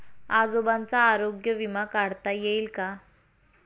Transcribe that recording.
आजोबांचा आरोग्य विमा काढता येईल का?